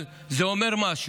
אבל זה אומר משהו.